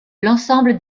l’ensemble